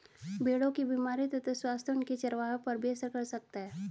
भेड़ों की बीमारियों तथा स्वास्थ्य उनके चरवाहों पर भी असर कर सकता है